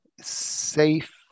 safe